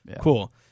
Cool